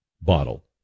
bottle